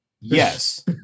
yes